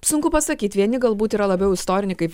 sunku pasakyt vieni galbūt yra labiau istoriniai kaip